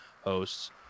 hosts